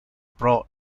pro